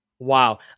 Wow